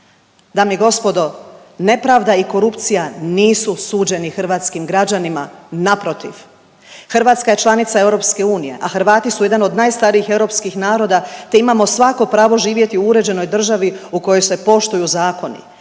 Dame i gospodo, nepravda i korupcija nisu suđeni hrvatskim građanima naprotiv Hrvatska je članica EU, a Hrvati su jedan od najstarijih europskih naroda, te imamo svako pravo živjeti u uređenoj državi u kojoj se poštuju zakoni.